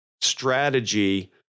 strategy